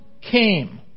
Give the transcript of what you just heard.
came